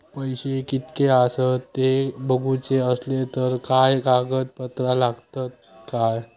पैशे कीतके आसत ते बघुचे असले तर काय कागद पत्रा लागतात काय?